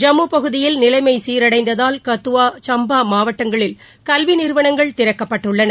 ஜம்மு பகுதியில் நிலைமை சீரடைந்ததால் கத்துவா சம்பா மாவட்டங்களில் கல்வி நிறுவனங்கள் திறக்கப்பட்டுள்ளன